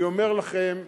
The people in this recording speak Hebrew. אני אומר לכם,